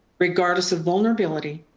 regardless of vulnerability,